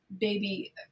baby